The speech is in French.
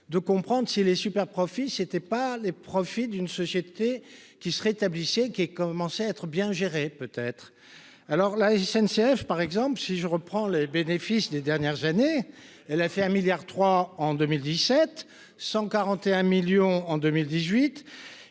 de comprendre si les superprofits c'était pas les profits d'une société qui se rétablissait qui elle commençait à être bien gérée peut être alors la SNCF, par exemple, si je reprends les bénéfices des dernières années, elle a fait un milliard trois en 2017 141 millions en 2018,